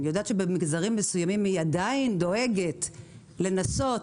אני יודעת שבמגזרים מסוימים היא עדיין דואגת לנסות